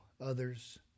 others